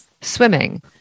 swimming